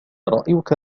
رأيك